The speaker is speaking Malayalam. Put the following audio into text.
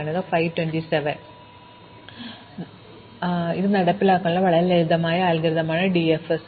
അതിനാൽ നടപ്പിലാക്കുന്നതിനുള്ള വളരെ ലളിതമായ അൽഗോരിതം ആണ് ഡിഎഫ്എസ്